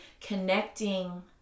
connecting